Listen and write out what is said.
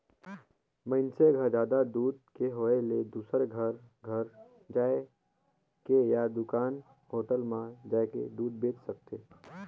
मइनसे घर जादा दूद के होय ले दूसर घर घर जायके या दूकान, होटल म जाके दूद बेंच सकथे